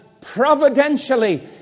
providentially